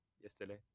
yesterday